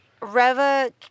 Reva